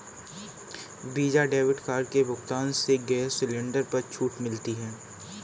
visa debit card के भुगतान से गैस सिलेंडर पर छूट मिलती है